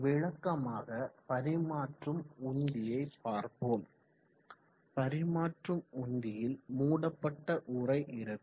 விளக்கமாக பரிமாற்றும் உந்தியை பார்ப்போம் பரிமாற்றும் உந்தியில் மூடப்பட்ட உறை இருக்கும்